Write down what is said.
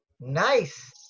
nice